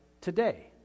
today